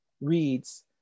reads